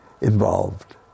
involved